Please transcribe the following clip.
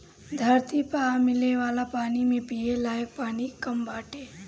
धरती पअ मिले वाला पानी में पिये लायक पानी कम बाटे